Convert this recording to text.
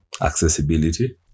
accessibility